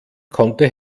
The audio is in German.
konnte